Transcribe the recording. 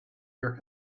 your